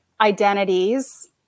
identities